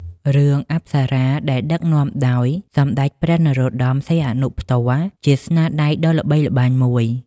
រឿង "អប្សរា" ដែលដឹកនាំដោយ សម្ដេចព្រះនរោត្តម សីហនុ ផ្ទាល់ ជាស្នាដៃដ៏ល្បីល្បាញមួយ។